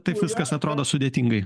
taip viskas atrodo sudėtingai